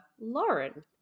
Lauren